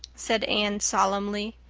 said anne solemnly.